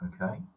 Okay